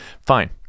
fine